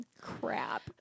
Crap